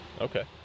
Okay